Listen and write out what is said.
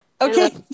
Okay